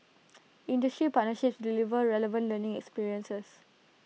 industry partnerships deliver relevant learning experiences